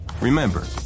Remember